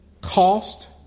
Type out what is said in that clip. cost